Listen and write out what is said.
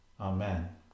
Amen